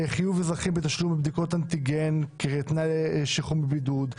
חיוב אזרחים בתשלום עבור בדיקות אנטיגן כתנאי שחרור מבידוד,